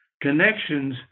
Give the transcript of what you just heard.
connections